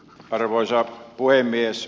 arvoisa puhemies